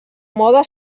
mode